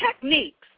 techniques